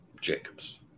Jacobs